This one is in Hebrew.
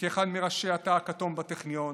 כאחד מראשי התא הכתום בטכניון